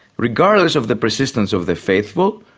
regardless of the persistence of the faithful,